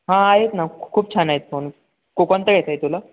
हां आहेत ना खूप छान आहेत फोन को कोणता घ्यायचा आहे तुला